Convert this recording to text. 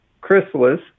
chrysalis